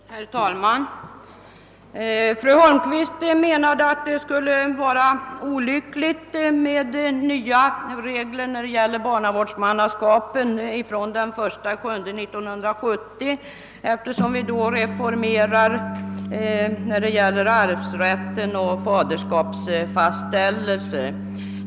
Herr talman! Fru Holmqvist menade att det skulle vara olyckligt med nya regler från 1 juli 1970 när det gäl ler barnavårdsmannaskapet, eftersom vi då reformerar i fråga om arvsrätten och om fastställandet av faderskap.